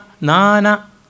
Nana